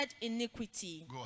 iniquity